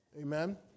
Amen